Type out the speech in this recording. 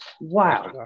wow